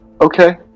okay